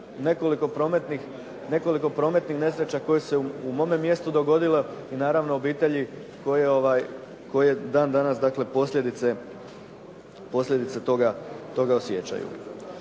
nekoliko prometnih nesreća koje su se u mome mjestu dogodile i naravno obitelji koje dan danas dakle posljedice toga osjećaju.